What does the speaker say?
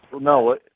No